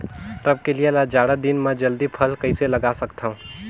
रमकलिया ल जाड़ा दिन म जल्दी फल कइसे लगा सकथव?